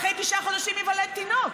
אחרי תשעה חודשים ייוולד תינוק.